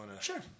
Sure